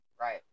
Right